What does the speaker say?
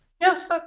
Yes